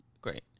Great